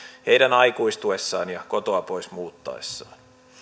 heidän aikuistuessaan ja kotoa pois muuttaessaan